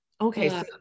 Okay